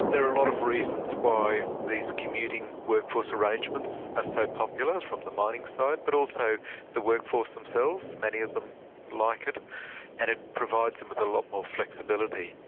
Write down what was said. there are a lot of reasons why these commuting workforce arrangements but are so popular, from the mining side, but also the workforce themselves, many of them like it and it provides them with a lot more flexibility.